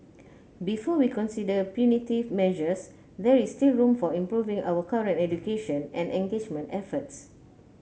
before we consider punitive measures there is still room for improving our current education and engagement efforts